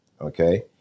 okay